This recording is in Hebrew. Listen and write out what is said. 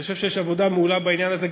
אני חושב שיש עבודה מעולה בעניין הזה.